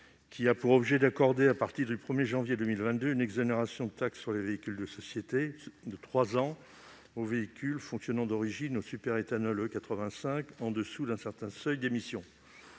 a pour objet d'accorder, à partir du 1 janvier 2022, une exonération de taxe sur les véhicules de société de trois ans aux véhicules fonctionnant, depuis l'origine, au superéthanol E85, en dessous d'un certain seuil d'émissions.